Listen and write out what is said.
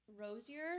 Rosier